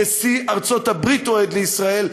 נשיא ארצות-הברית אוהד לישראל,